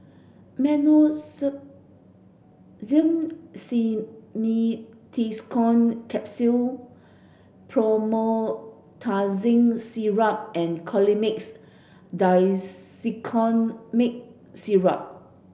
Simeticone Capsules Promethazine Syrup and Colimix Dicyclomine Syrup